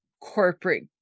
corporate